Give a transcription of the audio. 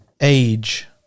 age